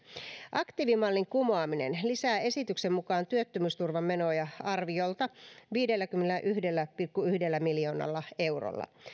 aktiivimallin kumoaminen lisää esityksen mukaan työttömyysturvamenoja arviolta viidelläkymmenelläyhdellä pilkku yhdellä miljoonalla eurolla